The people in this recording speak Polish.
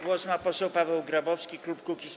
Głos ma poseł Paweł Grabowski, klub Kukiz’15.